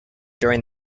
during